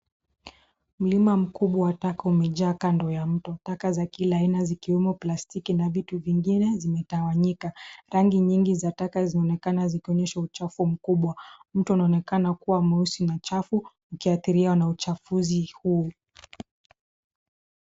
Mlima mkubwa wa taka umejaa kando ya mto. Taka za kila aina, zikiwemo plastiki na vitu zingine, zimetawanyika. Rangi nyingi za taka zinaonekana zikionyesha uchafu mkubwa. Mto unaonekana kua mweusi na chafu, ukiathiriwa na uchafuzi huu.